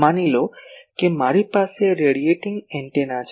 માની લો કે મારી પાસે રેડિએટિંગ એન્ટેના છે